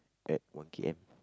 at one K_M